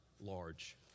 Large